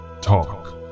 talk